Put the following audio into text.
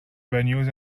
venues